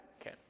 Okay